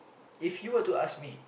if you were to ask me